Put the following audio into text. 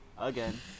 again